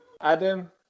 adam